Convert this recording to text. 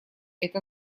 это